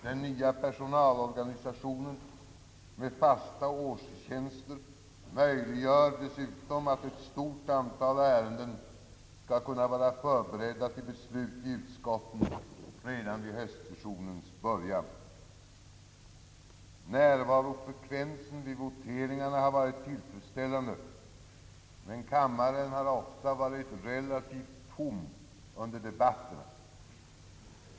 Den nya personalorganisationen med fasta årstjänster möjliggör dessutom, att ett stort antal ärenden skall kunna vara förberedda till beslut i utskotten redan vid höstsessionens början. Närvarofrekvensen vid = voteringar har varit tillfredsställande men kammaren har ofta varit relativt tom under debatterna.